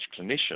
clinician